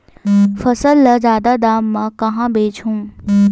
फसल ल जादा दाम म कहां बेचहु?